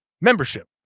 membership